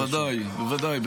בוודאי, בוודאי.